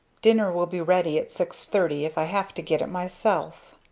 dinner will be ready at six-thirty, if i have to get it myself.